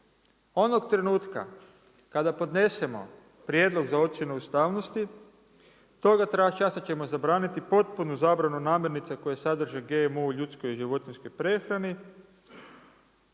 Onog trenutka kada podnesemo prijedlog za ocjenu ustavnosti, toga časa ćemo zabraniti potpunu zabranu namirnica koje sadrže GMO u ljudskoj i životinjskoj prehrani,